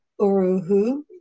Uruhu